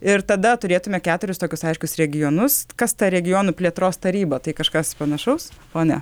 ir tada turėtume keturis tokius aiškius regionus kas ta regionų plėtros taryba tai kažkas panašaus o ne